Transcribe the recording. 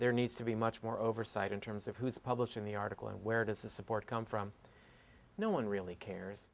there needs to be much more oversight in terms of who's publishing the article and where does the support come from no one really cares